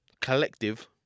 collective